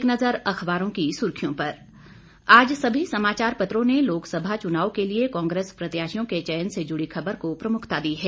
एक नज़र अखबारों की सुर्खियों पर आज सभी समाचार पत्रों ने लोकसभा चुनाव के लिए कांग्रेस प्रत्याशियों के चयन से जुड़ी खबर को प्रमुखता दी है